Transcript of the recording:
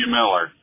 Miller